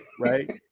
Right